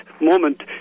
moment